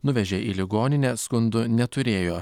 nuvežė į ligoninę skundų neturėjo